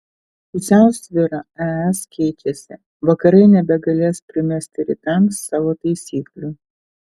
pusiausvyra es keičiasi vakarai nebegalės primesti rytams savo taisyklių